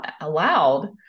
allowed